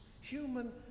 human